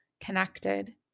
connected